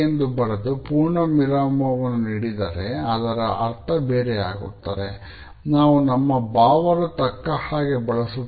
ಅನ್ನು ನಮ್ಮ ಮಾತುಗಳನ್ನು ಬಳಸುತ್ತೇವೆ